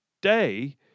day